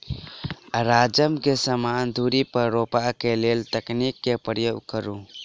राजमा केँ समान दूरी पर रोपा केँ लेल केँ तकनीक केँ प्रयोग करू?